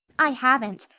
i haven't.